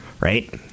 right